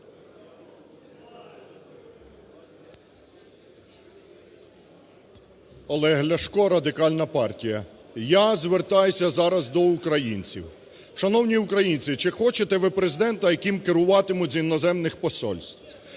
Олег Ляшко, Радикальна партія. Я звертаюся зараз до українців. Шановні українці, чи хочете ви Президента, яким керуватимуть з іноземних посольств?